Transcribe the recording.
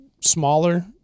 smaller